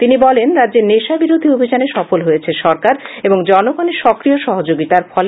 তিনি বলেন রাজ্যে নেশা বিরোধী অভিযানে সফল হয়েছে সরকার এবং জনগণের সক্রিয় সহযোগিতার ফলে